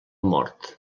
mort